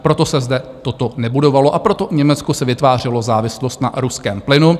Proto se zde toto nebudovalo a proto Německo si vytvářelo závislost na ruském plynu.